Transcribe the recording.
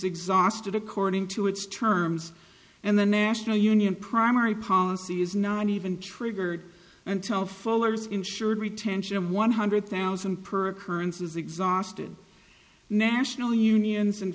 exhausted according to its terms and the national union primary policy is not even triggered until fuller's ensured retention of one hundred thousand per currency is exhausted national unions and